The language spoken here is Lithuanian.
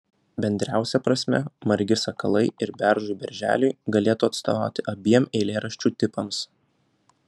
bendriausia prasme margi sakalai ir beržui berželiui galėtų atstovauti abiem eilėraščių tipams